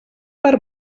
per